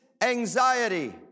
anxiety